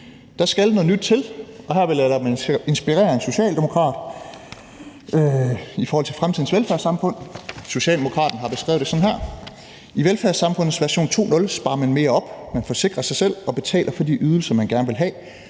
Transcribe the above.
Der skal noget nyt til, og her vil jeg lade mig inspirere af en socialdemokrat i forhold til fremtidens velfærdssamfund. Socialdemokraten har beskrevet det sådan: I velfærdssamfundets version 2.0 sparer man mere op, man forsikrer sig selv og betaler for de ydelser, man gerne vil have